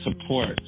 support